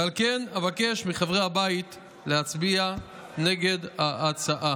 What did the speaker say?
ועל כן אבקש מחברי הבית להצביע נגד ההצעה.